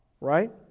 right